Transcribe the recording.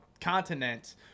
continents